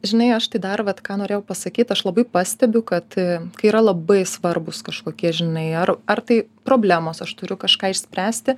žinai aš tai dar vat ką norėjau pasakyt aš labai pastebiu kad kai yra labai svarbūs kažkokie žinai ar ar tai problemos aš turiu kažką išspręsti